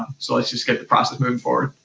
so let's just get the process moving forward.